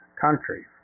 countries